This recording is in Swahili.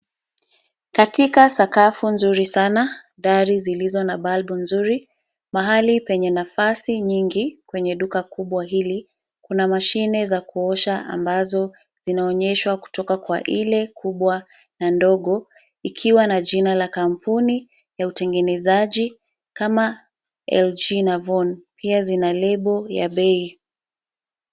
Katika sakafu nzuri sana, dari zilizona bulb nzuri , mahali penye nafasi nyingi kwenye duka kubwa hili , kuna mashine za kuosha ambazo zinaonyeshwa kutoka kwa ile kubwa na ndogo ikiwa na jina la kampuni ya utengenezaji kama LG na VON pia zinalabel ya bei.